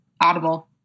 Audible